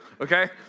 okay